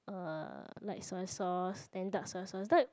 uh light soy sauce then dark soy sauce